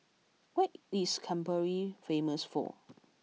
what is Canberra famous for